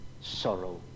sorrow